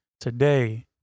Today